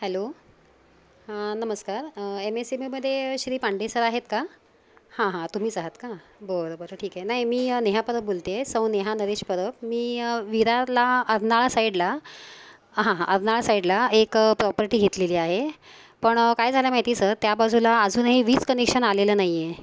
hello हां नमस्कार M S M A मध्ये श्री पांडे सर आहेत का हां हां तुम्हीच आहात का बरं बरं ठीक आहे नाही मी नेहा परब बोलतेय सौ नेहा नरेश परब मी विरारला अरनाळा साईडला हां हां अरनाळा साईडला एक प्रॉपर्टी घेतलेली आहे पण काय झालं माहिती सर त्या बाजूला अजूनही वीज कनेक्शन आलेलं नाहीये